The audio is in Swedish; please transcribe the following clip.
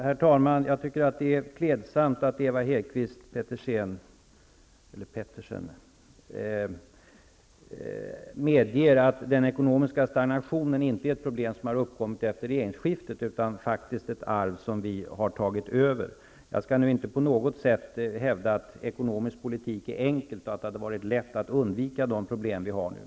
Herr talman! Det är klädsamt att Ewa Hedkvist Petersen medger att den ekonomiska stagnationen inte är ett problem som har uppkommit efter regeringsskiftet utan faktiskt är ett arv som den nuvarande regeringen har tagit över. Jag skall inte på något sätt hävda att ekonomisk politik är något enkelt och att det hade varit lätt att undvika de problem som nu finns.